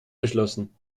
verschlossen